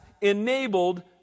enabled